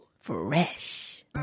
Fresh